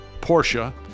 Porsche